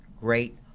great